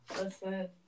listen